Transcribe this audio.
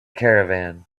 caravan